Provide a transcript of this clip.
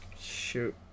Shoot